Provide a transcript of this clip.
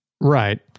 Right